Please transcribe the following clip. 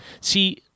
See